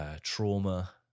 trauma